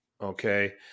Okay